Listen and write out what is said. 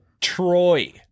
Troy